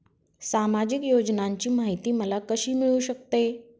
सामाजिक योजनांची माहिती मला कशी मिळू शकते?